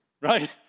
right